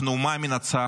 אנחנו אומה מנצחת,